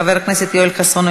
חבר הכנסת יואל חסון,